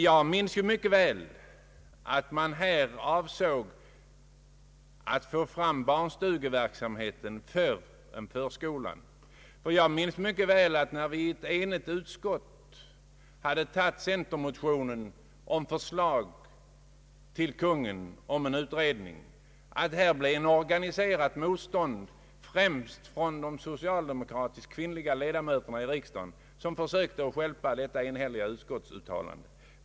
Jag minns mycket väl att man avsåg att få fram barnstugeverksamheten före förskolan. Jag minns också att, när vi i ett enigt utskott hade antagit centermotionen om förslag till Konungen om en utredning, det uppstod ett organiserat motstånd, främst bland de socialdemokratiska kvinnliga ledamöterna i riksdagen, som försökte stjälpa detta enhälliga utskottsutlåtande.